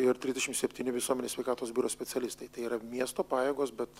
ir trisdešimt septyni visuomenės sveikatos biuro specialistai tai yra miesto pajėgos bet